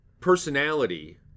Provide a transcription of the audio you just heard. personality